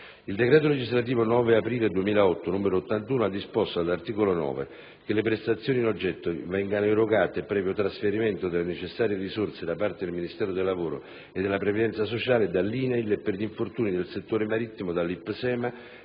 Il decreto legislativo 9 aprile 2008, n. 81, ha quindi disposto all'articolo 9 che le prestazioni in oggetto vengano erogate «previo trasferimento delle necessarie risorse da parte del Ministero del lavoro e della previdenza sociale» dall'INAIL e, per gli infortuni del settore marittimo, dall'IPSEMA,